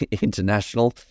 international